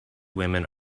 women